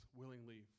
willingly